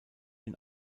hin